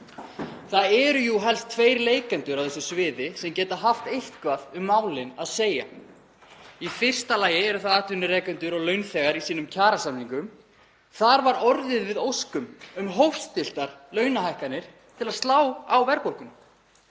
Það eru jú helst tveir leikendur á þessu sviði sem geta haft eitthvað um málin að segja. Í fyrsta lagi eru það atvinnurekendur og launþegar í sínum kjarasamningum. Þar var orðið við óskum um hófstilltar launahækkanir til að slá á verðbólguna.